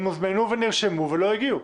הם הוזמנו ונרשמו ולא הגיעו.